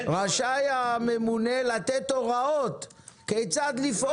רשאי הממונה לתת הוראות כיצד לפעול.